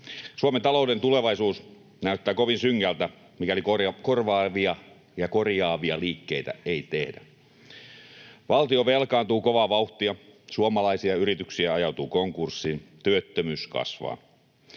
Suomen talouden tulevaisuus näyttää kovin synkältä, mikäli korvaavia ja korjaavia liikkeitä ei tehdä. Valtio velkaantuu kovaa vauhtia, suomalaisia yrityksiä ajautuu konkurssiin, työttömyys kasvaa.